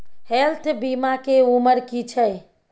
Health बीमा के उमर की छै?